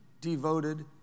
devoted